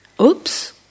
Oops